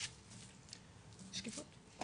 הישיבה ננעלה בשעה 14:20.